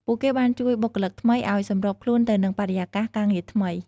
ពួកគេបានជួយបុគ្គលិកថ្មីឱ្យសម្របខ្លួនទៅនឹងបរិយាកាសការងារថ្មី។